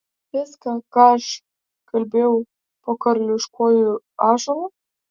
viską ką aš kalbėjau po karališkuoju ąžuolu